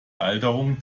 alterung